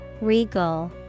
Regal